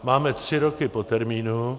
Máme tři roky po termínu.